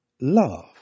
Love